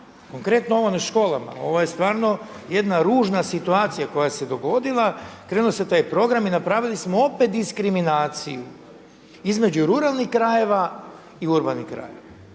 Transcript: Konkretno ovo na školama, ovo je stvarno jedna ružna situacija koja se dogodila, krenulo se u taj program i napravili smo opet diskriminaciju između ruralnih krajeva i urbanih krajeva.